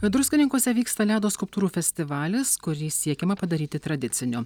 druskininkuose vyksta ledo skulptūrų festivalis kurį siekiama padaryti tradiciniu